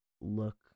look